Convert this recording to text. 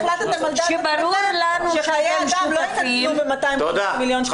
החלטתם על דעת עצמכם שחיי אדם לא --- ב-250 מיליון שקלים